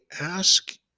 ask